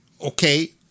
Okay